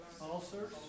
Ulcers